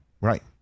Right